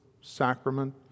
sacrament